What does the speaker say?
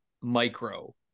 micro